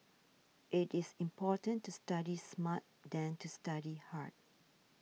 it is important to study smart than to study hard